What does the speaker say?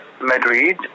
Madrid